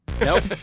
Nope